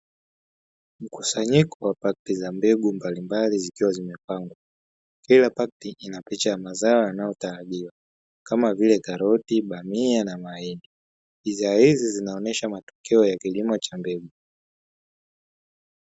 Mkusanyiko wa pakti za mbegu mbalimbali zikiwa zimepangwa kila pakti ina picha ya mazao yanayotarajiwa kama vile; karoti, bamia, na mahindi. Bidhaa hizi zinaonyesha matokeo kilimo cha mbegu.